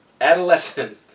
adolescent